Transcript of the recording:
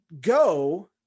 Go